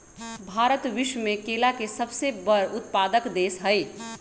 भारत विश्व में केला के सबसे बड़ उत्पादक देश हई